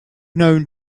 known